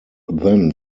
then